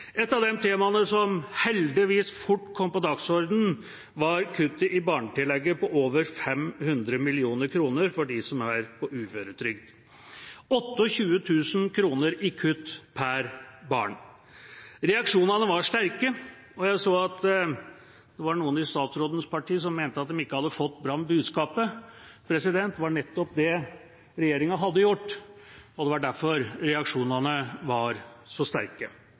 Et av de temaene som heldigvis fort kom på dagsordenen, var kuttet i barnetillegget på over 500 mill. kr for dem som er på uføretrygd – 28 000 kr i kutt per barn. Reaksjonene var sterke, og jeg så at det var noen i statsrådens parti som mente at de ikke hadde fått fram budskapet. Det var nettopp det regjeringa hadde gjort, og det var derfor reaksjonene var så sterke.